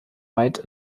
weit